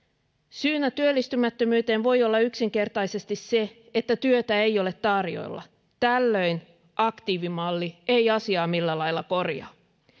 syynä työllistymättömyyteen voi olla yksinkertaisesti se että työtä ei ole tarjolla tällöin aktiivimalli ei asiaa millään lailla korjaa